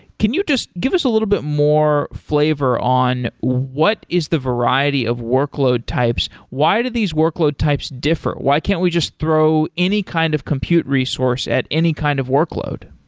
can you just give us a little bit more flavor on what is the variety of workload types? why do these workload types differ? why can't we just throw any kind of compute resource at any kind of workload?